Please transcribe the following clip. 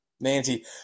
Nancy